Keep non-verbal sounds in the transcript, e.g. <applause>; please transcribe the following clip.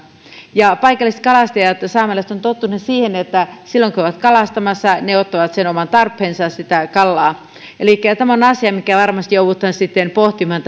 ja paikalliset kalastajat saamelaiset ovat tottuneet siihen että silloin kun he ovat kalastamassa he ottavat sen oman tarpeensa sitä kalaa tämä on asia mikä varmasti joudutaan sitten pohtimaan <unintelligible>